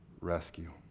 rescue